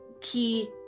key